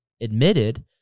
admitted